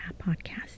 podcast